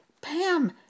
Pam